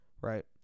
right